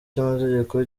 cy’amategeko